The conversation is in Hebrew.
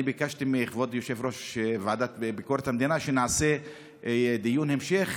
אני ביקשתי מכבוד יושב-ראש ועדת ביקורת המדינה שנעשה דיון המשך,